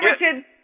Richard